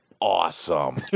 awesome